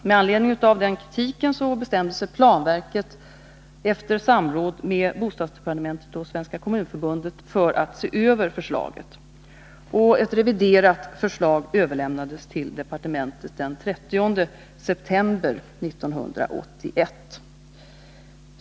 Med anledning av denna kritik bestämde sig planverket efter samråd med bostadsdepartementet och Svenska kommunförbundet för att se över förslaget. Ett reviderat förslag överlämnades till departementet den 30 september 1981.